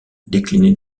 décliné